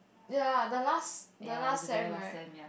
ya the last the last sem right